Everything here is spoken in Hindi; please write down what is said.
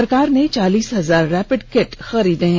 सरकार ने चालीस हजार रैपिड किट खरीदे हैं